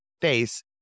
face